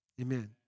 Amen